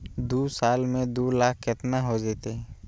दू साल में दू लाख केतना हो जयते?